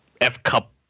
F-cup